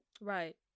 Right